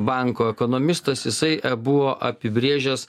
banko ekonomistas jisai buvo apibrėžęs